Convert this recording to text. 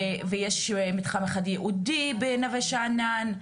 ויש מתחם אחד ייעודי בנווה שאנן,